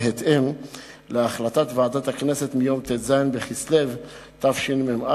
בהתאם להחלטת ועדת הכנסת מיום ט"ז בכסלו התשמ"א,